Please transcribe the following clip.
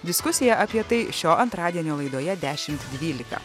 diskusija apie tai šio antradienio laidoje dešimt dvylika